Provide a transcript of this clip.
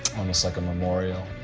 almost like a memorial,